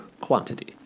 quantity